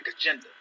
agenda